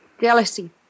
Jealousy